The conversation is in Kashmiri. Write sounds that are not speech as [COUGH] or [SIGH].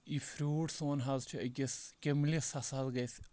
یہِ فرٛوٗٹ سون حظ چھُ أکِس کیٚملِس [UNINTELLIGIBLE] گژھِ